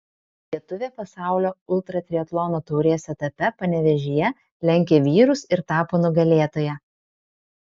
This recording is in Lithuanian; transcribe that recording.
lietuvė pasaulio ultratriatlono taurės etape panevėžyje lenkė vyrus ir tapo nugalėtoja